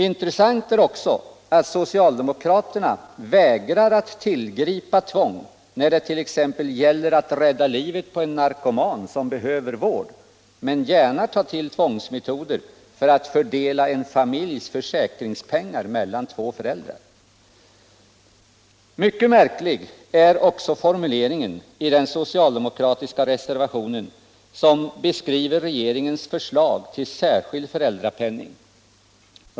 Intressant är också att socialdemokraterna vägrar att tillgripa tvång när det t.ex. gäller att rädda livet på en narkoman som behöver vård men gärna tar till tvångsmetoder för att fördela en familjs försäkringspengar mellan två föräldrar. Mycket märklig är också formuleringen i den socialdemokratiska reservationen, som beskriver regeringens förslag till särskild föräldrapenning.